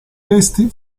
resti